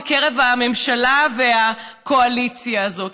בקרב הממשלה והקואליציה הזאת.